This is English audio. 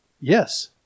Yes